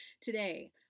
Today